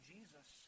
Jesus